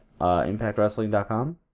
ImpactWrestling.com